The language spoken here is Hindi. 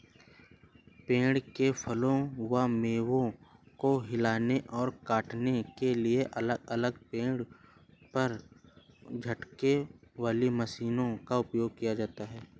पेड़ से फलों और मेवों को हिलाने और काटने के लिए अलग अलग पेड़ पर झटकों वाली मशीनों का उपयोग किया जाता है